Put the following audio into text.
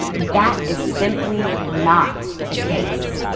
that is simply not the case.